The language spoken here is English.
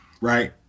Right